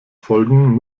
folgen